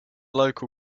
local